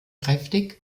kräftig